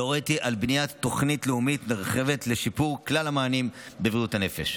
והוריתי על בניית תוכנית לאומית נרחבת לשיפור כלל המענים בבריאות הנפש.